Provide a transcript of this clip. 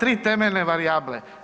Tri temeljne varijable.